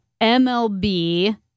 MLB